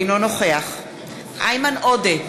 אינו נוכח איימן עודה,